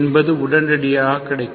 என்பது உடனடியாக கிடைக்கும்